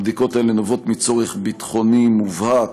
הבדיקות האלה נובעות מצורך ביטחוני מובהק,